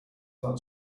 that